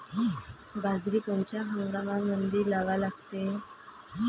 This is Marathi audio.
बाजरी कोनच्या हंगामामंदी लावा लागते?